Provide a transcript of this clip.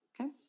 Okay